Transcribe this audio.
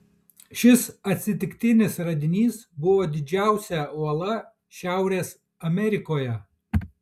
šis atsitiktinis radinys buvo didžiausia uola šiaurės amerikoje